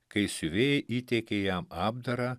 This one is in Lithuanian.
kai siuvėjai įteikė jam apdarą